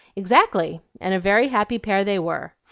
exactly! and a very happy pair they were.